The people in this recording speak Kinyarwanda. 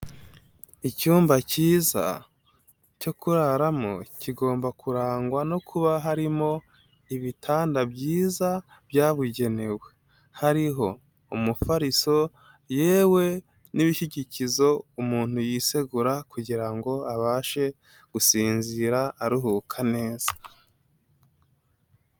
Icyumba kiza cyo kuraramo kigomba kurangwa no kuba harimo ibitanda byiza byabugenewe. Hariho umufariso yewe n'ibishyigikizo umuntu yisegura kugira ngo abashe gusinzira aruhuka neza.